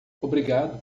obrigado